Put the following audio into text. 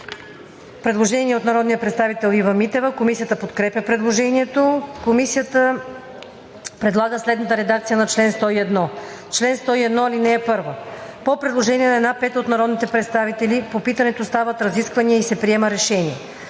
предложение на народния представител Ива Митева. Комисията подкрепя предложението. Комисията предлага следната редакция на чл. 101: „Чл. 101. (1) По предложение на една пета от народните представители по питането стават разисквания и се приема решение.